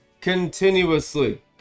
continuously